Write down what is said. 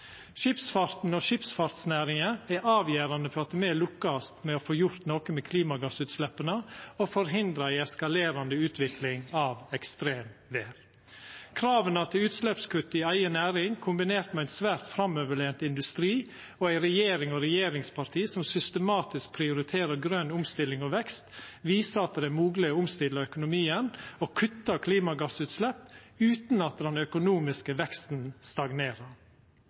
Skipsfarten og skipsfartsnæringa er avgjerande for at me lykkast med å få gjort noko med klimagassutsleppa og for å forhindra ei eskalerande utvikling av ekstremvêr. Krava til utsleppskutt i eiga næring kombinert med ein svært framoverlent industri og ei regjering og regjeringsparti som systematisk prioriterer grøn omstilling og vekst, viser at det er mogleg å omstilla økonomien og kutta klimagassutslepp utan at den økonomiske veksten